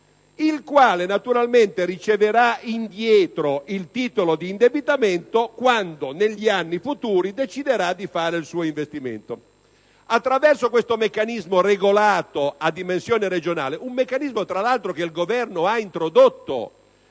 il quale naturalmente riceverà indietro il titolo d'indebitamento quando negli anni futuri deciderà di fare il suo investimento. Attraverso questo meccanismo regolato a dimensione regionale - che, tra l'altro, è stato introdotto